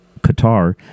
Qatar